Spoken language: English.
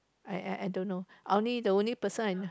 I I I don't know only the only person I